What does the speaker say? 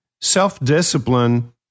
self-discipline